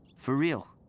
for real.